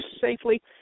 safely